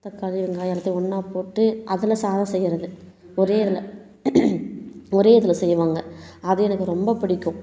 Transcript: தக்காளி வெங்காயத்தை ஒன்றா போட்டு அதில் சாதம் செய்கிறது ஒரே இதில் ஒரே இதில் செய்வாங்க அது எனக்கு ரொம்ப பிடிக்கும்